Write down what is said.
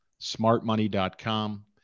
SmartMoney.com